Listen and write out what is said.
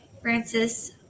Francis